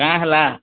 କାଁ ହେଲା